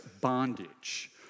bondage